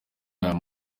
ayo